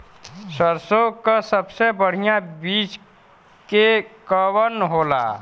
सरसों क सबसे बढ़िया बिज के कवन होला?